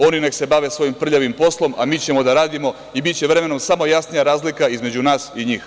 Oni neka se bave svojim prljavim poslom, a mi ćemo da radimo i biće vremenom samo jasnija razlika između nas i njih.